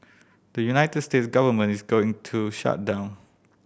the United States government is going into shutdown